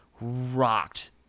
rocked